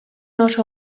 oso